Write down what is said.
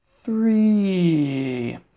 Three